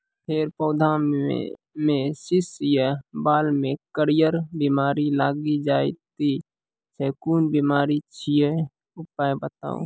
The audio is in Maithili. फेर पौधामें शीश या बाल मे करियर बिमारी लागि जाति छै कून बिमारी छियै, उपाय बताऊ?